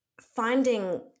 finding